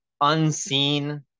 unseen